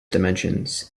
dimensions